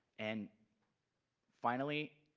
and finally,